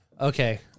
Okay